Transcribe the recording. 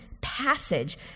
passage